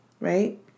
right